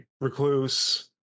recluse